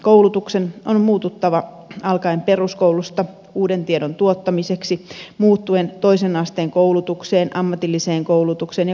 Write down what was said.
koulutuksen on muututtava alkaen peruskoulusta uuden tiedon tuottamiseksi muuttuen toisen asteen koulutukseen ammatilliseen koulutukseen ja korkeakoulutukseen